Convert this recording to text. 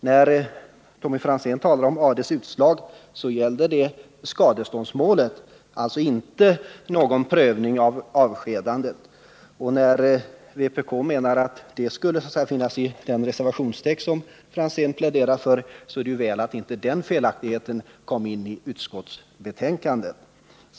Det utslag i AD som Tommy Franzén talade om gällde skadeståndsmålet, det var ingen prövning av avskedanden. Vpk menar att detta fall skulle ha funnits med i den reservationstext som Tommy Franzén pläderar för. Det var för väl att denna felaktighet inte kom in i utskottsbetänkandet.